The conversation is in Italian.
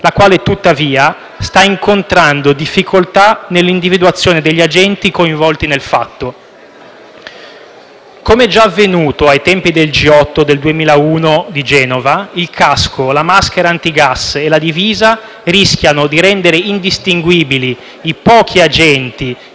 la quale tuttavia sta incontrando difficoltà nell'individuazione degli agenti coinvolti nel fatto. Come già avvenuto ai tempi del G8 di Genova del 2001, il casco, la maschera antigas e la divisa rischiano di rendere indistinguibili i pochi agenti